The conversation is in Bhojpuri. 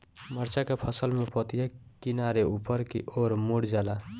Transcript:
मिरचा के फसल में पतिया किनारे ऊपर के ओर मुड़ जाला?